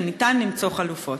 וניתן למצוא חלופות.